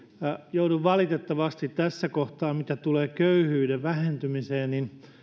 joudun valitettavasti tässä kohtaa mitä tulee köyhyyden vähentymiseen